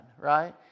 right